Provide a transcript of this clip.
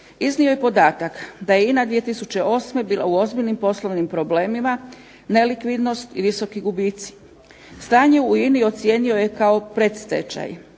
Iznio je podatak da je INA 2008. bila u ozbiljnim poslovnim problemima, nelikvidnost i visoki gubici. Stanje u INA-i ocijenio je kao predstečaj.